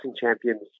champions